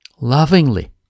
lovingly